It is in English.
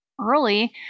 early